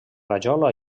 rajola